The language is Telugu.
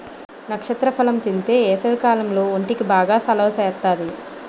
నక్షత్ర ఫలం తింతే ఏసవికాలంలో ఒంటికి బాగా సలవ సేత్తాది